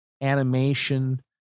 animation